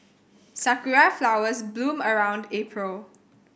sakura flowers bloom around April